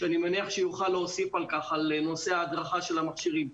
אני מניח שיוכל להוסיף בנושא ההדרכה של המכשירים,